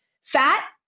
Fat